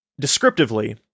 descriptively